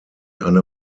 eine